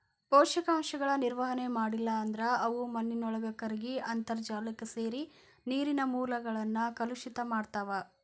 ಪೋಷಕಾಂಶಗಳ ನಿರ್ವಹಣೆ ಮಾಡ್ಲಿಲ್ಲ ಅಂದ್ರ ಅವು ಮಾನಿನೊಳಗ ಕರಗಿ ಅಂತರ್ಜಾಲಕ್ಕ ಸೇರಿ ನೇರಿನ ಮೂಲಗಳನ್ನ ಕಲುಷಿತ ಮಾಡ್ತಾವ